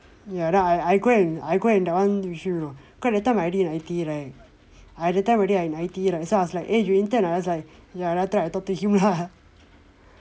ya then I I I go and I go and that one you know cause that time I already in I_T_E right I that time I already in I_T_E right so I was like eh you intern ah I was like after that I talk to him lah